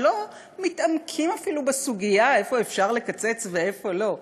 ולא מתעמקים אפילו בסוגיה איפה אפשר לקצץ ואיפה לא,